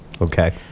Okay